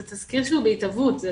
זה תזכיר שהוא בהתהוות.